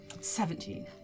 Seventeen